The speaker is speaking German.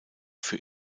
für